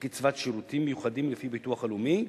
וקצבת שירותים מיוחדים לפי חוק הביטוח הלאומי,